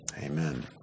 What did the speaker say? Amen